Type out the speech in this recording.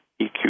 EQ